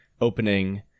opening